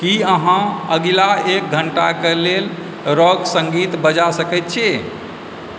कि अहाँ आगिला एक घंटाक लेल रॉक संगीत बजा सकैत छी